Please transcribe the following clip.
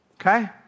Okay